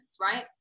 right